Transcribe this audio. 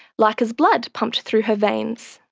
laika's blood pumped through her veins,